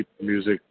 music